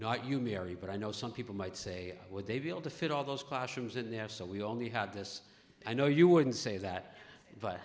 not you mary but i know some people might say would they be able to fit all those classrooms in there so we only had this i know you would say that